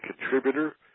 contributor